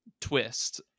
twist